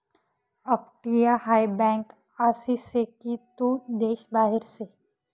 अपटीया हाय बँक आसी से की तू देश बाहेर से